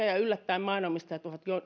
ja ja yllättäen maanomistajat ovat